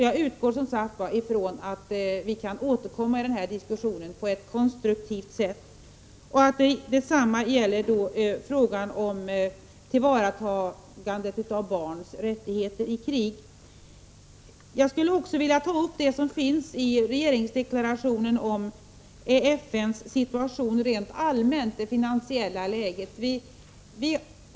| Jag utgår, som sagt var, ifrån att vi kan återkomma till den här I diskussionen på ett konstruktivt sätt och att detsamma gäller frågan om tillvaratagandet av barns rättigheter i krig. Jag skulle också vilja ta upp det som sägs i regeringsdeklarationen om FN:s situation rent allmänt och det finansiella läget.